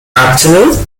afternoon